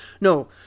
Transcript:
No